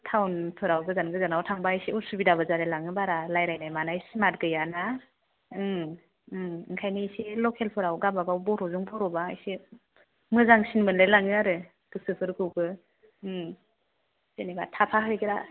टाउनफोराव गोजान गोजानाव थांब्ला एसे असुबिदाबो जालायलाङो बारा रायज्लायनाय मानाय स्मार्ट गैयाना ओंखायनो इसे लकेलफोराव गावबा गाव बर'जों बर' बा एसे मोजांसिन मोनलायलाङो आरो गोसोफोरखौबो जेनेबा थाफाहैग्रा